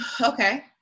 Okay